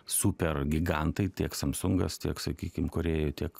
super gigantai tiek samsungas tiek sakykim korėjoj tiek